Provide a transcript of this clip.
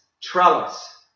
trellis